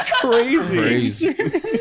Crazy